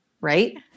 right